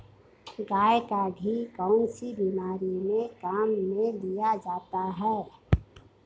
गाय का घी कौनसी बीमारी में काम में लिया जाता है?